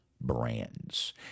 brands